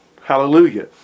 Hallelujah